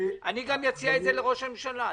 אני גם אציע את זה לראש הממשלה.